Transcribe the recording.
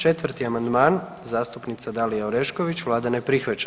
4. amandman zastupnica Dalija Orešković, vlada ne prihvaća.